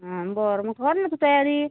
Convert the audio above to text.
हं बरं मग कर ना तू तयारी